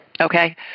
Okay